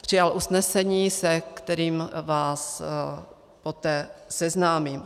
Přijal usnesení, se kterým vás poté seznámím.